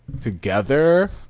together